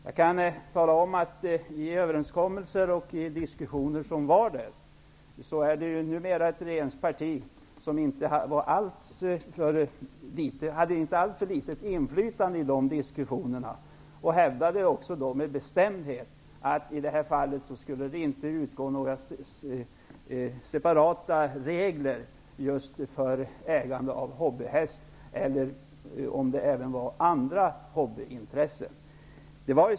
Jag kan tala om att det vid de överenskommelser och diskussioner som då förekom, var ett parti, som numera är regeringsparti, som hade ett inte alltför litet inflytande och som också med bestämdhet hävdade att det i detta fall inte skulle utgå några separata regler just för ägande av hobbyhäst eller för andra hobbyverksamheter.